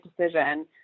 decision